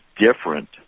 different